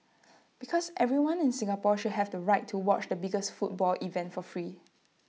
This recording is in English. because everyone in Singapore should have the right to watch the biggest football event for free